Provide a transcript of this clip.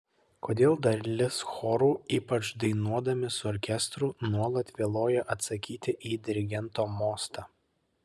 kodėl dalis chorų ypač dainuodami su orkestru nuolat vėluoja atsakyti į dirigento mostą